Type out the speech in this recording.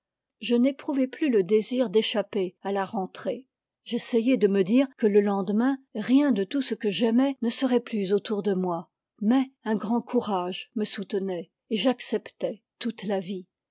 je n'éprouvais plus le désir d'échapper à la rentrée j'essayai de me dire que le lendemain rien de tout ce que j'aimais ne serait plus autour de moi mais un grand courage me soutenait et j'acceptais toute la vie